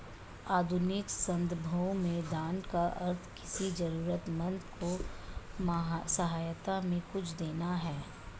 आधुनिक सन्दर्भों में दान का अर्थ किसी जरूरतमन्द को सहायता में कुछ देना है